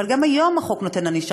אבל גם היום החוק נותן ענישה,